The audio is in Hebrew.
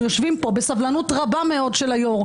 אנחנו יושבים פה בסבלנות רבה מאוד של היושב-ראש,